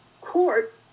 court